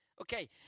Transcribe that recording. Okay